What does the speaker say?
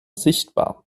sichtbar